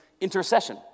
intercession